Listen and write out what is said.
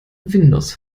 windows